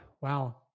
Wow